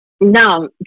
no